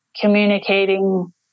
communicating